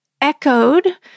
echoed